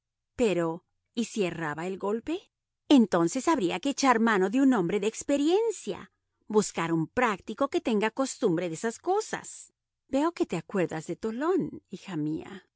pero y si erraba el golpe entonces habría que echar mano de un hombre de experiencia buscar un práctico que tenga costumbre de esas cosas veo que te acuerdas de tolón hija mía